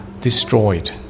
destroyed